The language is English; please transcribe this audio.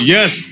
Yes